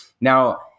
Now